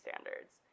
standards